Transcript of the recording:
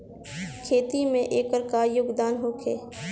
खेती में एकर का योगदान होखे?